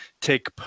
take